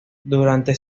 durante